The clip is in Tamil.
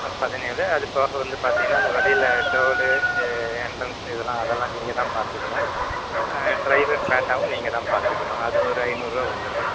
ஆ பதினேழு அதுப்போக வந்து பார்த்தீங்கன்னா வழியில் டோல் எண்ட்ரன்ஸ் இதெல்லாம் அதெல்லாம் நீங்கள் தான் பார்த்துக்கணும் டிரைவர் பேட்டாவும் நீங்கள் தான் பார்த்துக்கணும் அது ஒரு ஐநூறுரூவா வந்துடும்